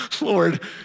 Lord